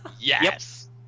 Yes